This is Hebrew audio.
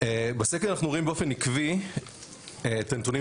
בסקר אנחנו רואים באופן עקבי את הנתונים